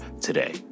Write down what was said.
today